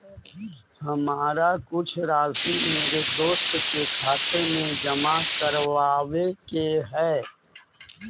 हमारा कुछ राशि मेरे दोस्त के खाते में जमा करावावे के हई